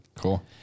Cool